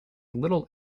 little